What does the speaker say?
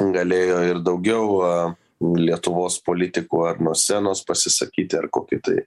galėjo ir daugiau a lietuvos politikų ar nuo scenos pasisakyti ar kokį tai